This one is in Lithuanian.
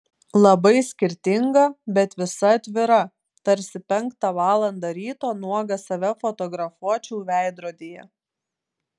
labai skirtinga bet visa atvira tarsi penktą valandą ryto nuogas save fotografuočiau veidrodyje